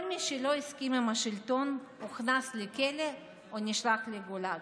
כל מי שלא הסכים עם השלטון הוכנס לכלא או נשלח לגולאג,